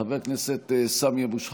חבר הכנסת סמי אבו שחאדה,